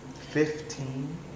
Fifteen